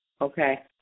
Okay